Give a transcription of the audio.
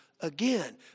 again